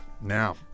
Now